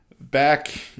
back